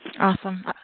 Awesome